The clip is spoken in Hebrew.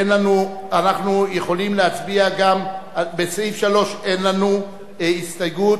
בסעיף 3 אין לנו הסתייגות.